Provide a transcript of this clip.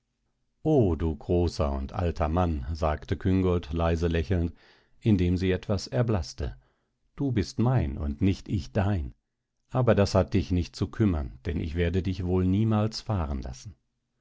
o du großer und alter mann sagte küngolt leise lächelnd indem sie etwas erblaßte du bist mein und nicht ich dein aber das hat dich nicht zu kümmern denn ich werde dich wohl niemals fahren lassen